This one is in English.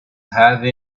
have